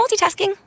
multitasking